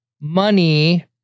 money